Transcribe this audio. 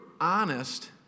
honest